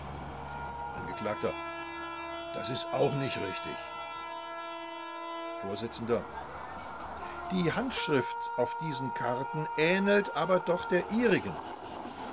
angekl das ist auch nicht richtig vors die handschrift auf diesen karten ähnelt aber doch der ihrigen